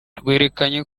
bwerekanye